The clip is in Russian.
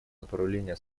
направления